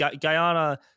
Guyana